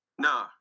No